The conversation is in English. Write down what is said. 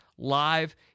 Live